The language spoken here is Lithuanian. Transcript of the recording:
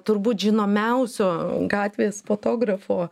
turbūt žinomiausio gatvės fotografo